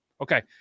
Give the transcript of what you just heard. Okay